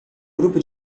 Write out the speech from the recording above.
grupo